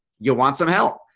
you'll want some help.